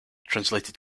translated